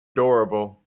adorable